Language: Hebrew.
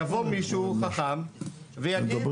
יבוא מישהו חכם ויגיד,